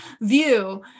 view